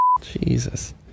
Jesus